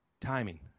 timing